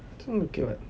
this [one] okay [what]